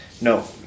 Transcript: No